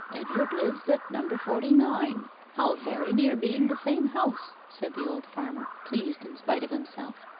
edward lives at number forty-nine how very near being the same house said the old farmer, pleased in spite of himself.